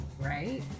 right